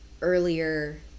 earlier